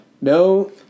No